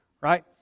right